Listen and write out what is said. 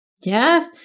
yes